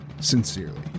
Sincerely